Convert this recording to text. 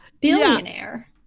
billionaire